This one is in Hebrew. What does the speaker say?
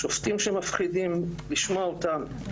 שופטים שמפחידים לשמוע אותם,